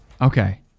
okay